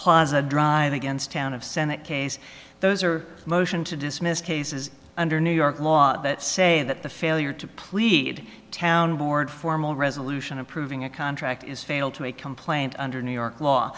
plaza drive against town of senate case those are motion to dismiss cases under new york law that say that the failure to plead town board formal resolution approving a contract is fail to a complaint under new york law